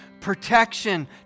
protection